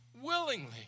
willingly